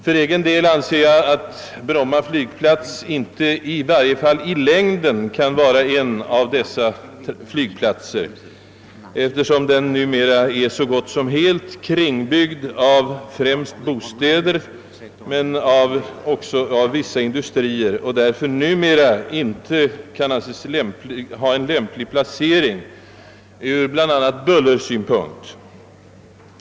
För egen del anser jag att Bromma flygplats, i varje fall i längden, inte kan fungera som en av dessa flygplatser, eftersom den numera är så gott som helt kringbyggd — främst av bostäder, men också av vissa industrier. Den kan därför inte anses ha en ur bl a. bullersynpunkt lämplig placering.